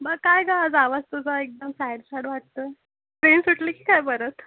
ब काय का जा आवाज तुझा एकदम सॅड सॅड वाटतो आहे ट्रेन सुटली की काय परत